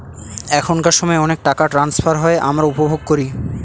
এখনকার সময় অনেক টাকা ট্রান্সফার হয় আমরা উপভোগ করি